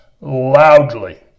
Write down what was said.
loudly